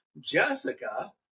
Jessica